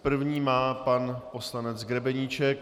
První má pan poslanec Grebeníček.